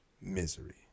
misery